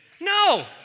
No